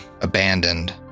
abandoned